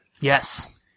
Yes